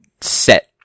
set